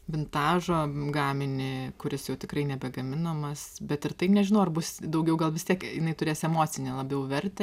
vintažo gaminį kuris jau tikrai nebegaminamas bet ir tai nežinau ar bus daugiau gal vis tiek jinai turės emocinę labiau vertę